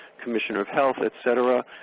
commissioner of health, et cetera.